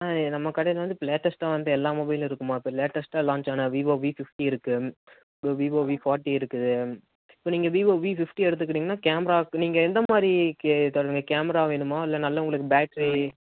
ஆ நம்ம கடையில் வந்து இப்போ லேட்டஸ்ட்டாக வந்த எல்லா மொபைலும் இருக்குதுமா இப்போ லேட்டஸ்ட்டாக லான்ச் ஆன விவோ வி ஃபிஃப்டி எடுத்துக்கிறீங்கன்னா கேமரா நீங்கள் எந்த மாதிரி க தங்க கேமரா வேணுமா இல்லை நல்லா உங்களுக்கு பேட்ரி